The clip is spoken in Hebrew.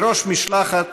בראש משלחת